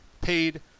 Paid